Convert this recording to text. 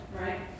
right